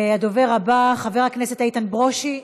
הדובר הבא, חבר הכנסת איתן ברושי.